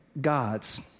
gods